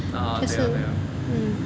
orh 对咯对咯